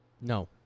No